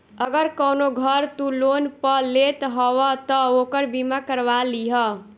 अगर कवनो घर तू लोन पअ लेत हवअ तअ ओकर बीमा करवा लिहअ